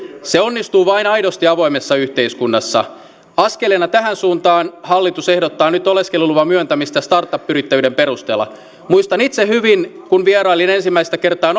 se onnistuu vain aidosti avoimessa yhteiskunnassa askeleena tähän suuntaan hallitus ehdottaa nyt oleskeluluvan myöntämistä startup yrittäjyyden perusteella muistan itse hyvin kun vierailin ensimmäistä kertaa